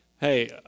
Hey